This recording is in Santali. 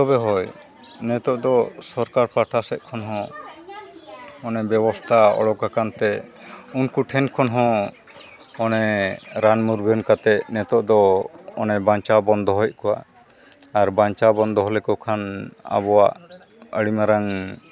ᱛᱚᱵᱮ ᱦᱳᱭ ᱱᱤᱛᱚᱜ ᱫᱚ ᱥᱚᱨᱠᱟᱨ ᱯᱟᱦᱴᱟ ᱥᱮᱫ ᱠᱷᱚᱱ ᱦᱚᱸ ᱚᱱᱮ ᱵᱮᱵᱚᱥᱛᱷᱟ ᱩᱰᱩᱠ ᱟᱠᱟᱱ ᱛᱮ ᱩᱱᱠᱩ ᱴᱷᱮᱱ ᱠᱷᱚᱱ ᱦᱚᱸ ᱚᱱᱟ ᱨᱟᱱ ᱢᱩᱨᱜᱟᱹᱱ ᱠᱟᱛᱮᱫ ᱱᱤᱛᱚᱜ ᱫᱚ ᱚᱱᱮ ᱵᱟᱧᱪᱟᱣ ᱵᱚᱱ ᱫᱚᱦᱚᱭᱮᱫ ᱠᱚᱣᱟ ᱟᱨ ᱵᱟᱧᱪᱟᱣ ᱵᱚᱱ ᱫᱚᱦᱚ ᱞᱮᱠᱚ ᱠᱷᱟᱱ ᱟᱵᱚᱣᱟᱜ ᱟᱹᱰᱤ ᱢᱟᱨᱟᱝ